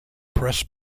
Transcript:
press